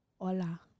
Hola